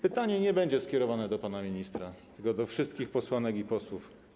Pytanie nie będzie skierowane do pana ministra, tylko do wszystkich posłanek i posłów.